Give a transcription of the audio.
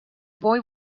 boy